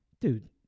Dude